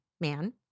man